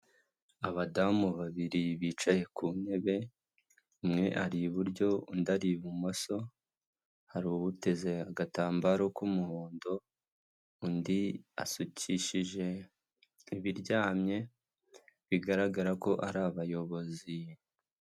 Abadamu babiri bicaye ku ntebe, umwe ari iburyo, undi ari ibumoso, hari uteze agatambaro k'umuhondo, undi asukishije ibiryamye, bigaragara ko ari abayobozi.